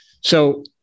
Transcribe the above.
So-